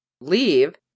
leave